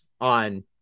on